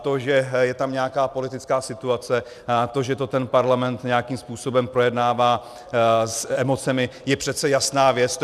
To, že je tam nějaká politická situace, to, že to ten parlament nějakým způsobem projednává s emocemi, je přece jasná věc.